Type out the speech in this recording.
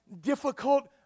difficult